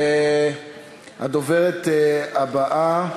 הדוברת הבאה,